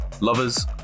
lovers